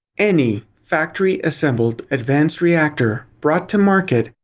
any factory assembled advanced reactor, brought to market,